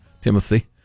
Timothy